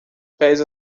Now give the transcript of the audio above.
pés